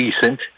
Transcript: decent